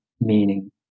meaning